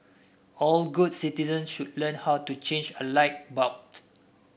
all good citizens should learn how to change a light bulb